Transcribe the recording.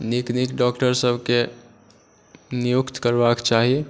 नीक नीक डॉक्टर सबकेँ नियुक्त करबाक चाही